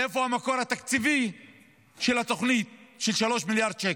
מאיפה המקור התקציבי לתוכנית של 3 מיליארד השקלים.